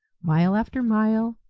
mile after mile,